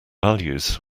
values